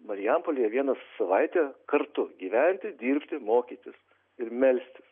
marijampolėje vieną savaitę kartu gyventi dirbti mokytis ir melstis